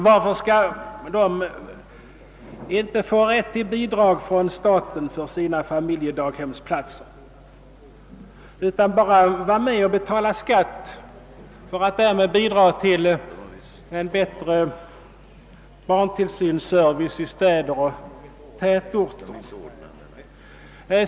Varför skall de inte få bidrag från staten för sina familjedaghemsplatser, utan bara vara med och betala skatt för att därmed åstadkomma bättre barntillsyn i städer och tätorter?